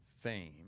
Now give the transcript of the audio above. fame